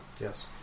Yes